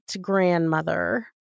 grandmother